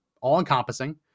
all-encompassing